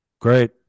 Great